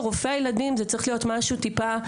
מה שרופא הילדים זה צריך להיות משהו טיפה,